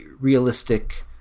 realistic